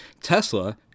Tesla